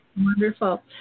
Wonderful